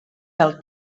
del